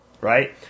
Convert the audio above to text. Right